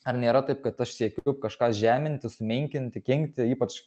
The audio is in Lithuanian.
ar nėra taip kad aš siekiu kažką žeminti sumenkinti kenkti ypač